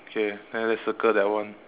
K then let's circle that one